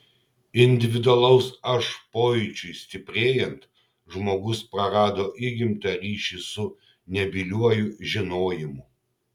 individualaus aš pojūčiui stiprėjant žmogus prarado įgimtą ryšį su nebyliuoju žinojimu